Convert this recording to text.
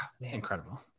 Incredible